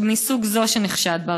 מסוג זו שנחשד בה.